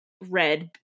red